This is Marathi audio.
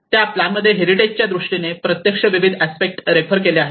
त्या प्लानमध्ये हेरिटेज त्यादृष्टीने प्रत्यक्षात विविध अस्पेक्ट रेफर केले आहेत